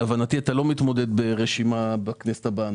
להבנתי אתה לא מתמודד ברשימה בכנסת הבאה.